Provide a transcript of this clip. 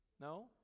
No